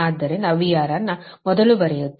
ಆದ್ದರಿಂದ VR ನ್ನು ಮೊದಲು ಬರೆಯುತ್ತೇವೆ